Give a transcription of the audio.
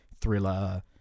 thriller